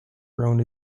ground